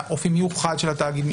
מהאופי המיוחד של התאגיד.